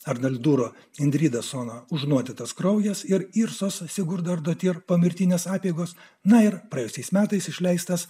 ar durų individo sono užnuodytas kraujas ir ir susigundo parduoti ir pomirtinės apeigos na ir praėjusiais metais išleistas